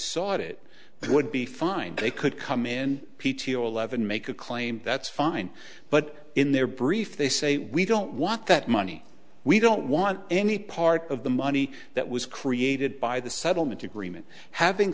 sought it they would be fined they could come in p t o eleven make a claim that's fine but in their brief they say we don't want that money we don't want any part of the money that was created by the settlement agreement having